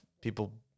people